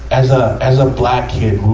as a, as a black kid